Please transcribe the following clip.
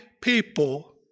people